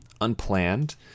Unplanned